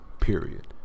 Period